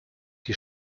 die